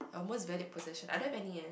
a most valued possession I don't have any eh